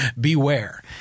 Beware